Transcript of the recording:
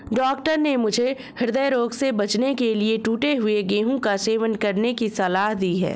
doctor ने मुझे हृदय रोग से बचने के लिए टूटे हुए गेहूं का सेवन करने की सलाह दी है